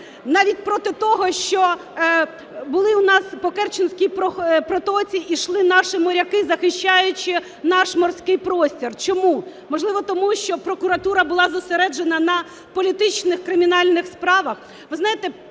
навіть проти того, що були у нас, по Керченській протоці йшли наші моряки, захищаючи наш морський простір. Чому? Можливо, тому, що прокуратура була зосереджена на політичних кримінальних справах.